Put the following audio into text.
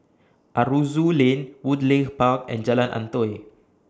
Aroozoo Lane Woodleigh Park and Jalan Antoi